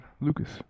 Lucas